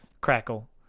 crackle